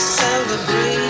celebrate